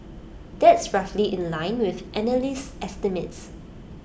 that's roughly in line with analyst estimates